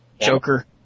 Joker